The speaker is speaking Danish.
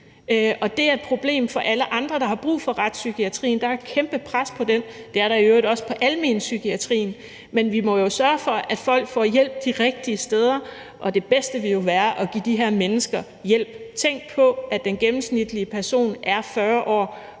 det er et problem for alle andre, der har brug for retspsykiatrien. Der er et kæmpe pres på den – det er der i øvrigt også på almenpsykiatrien – men vi må jo sørge for, at folk får hjælp de rigtige steder, og det bedste ville jo være at give de her mennesker hjælp. Tænk på, at den gennemsnitlige person er 40 år.